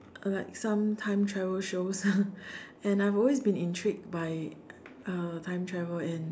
like some time travel shows and I've always been intrigued by uh time travel and